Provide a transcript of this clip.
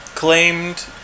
Claimed